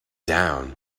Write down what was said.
down